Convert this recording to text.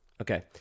Okay